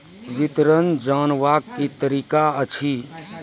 विवरण जानवाक की तरीका अछि?